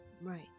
Right